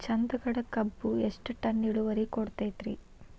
ಚಂದಗಡ ಕಬ್ಬು ಎಷ್ಟ ಟನ್ ಇಳುವರಿ ಕೊಡತೇತ್ರಿ?